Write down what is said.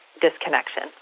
disconnection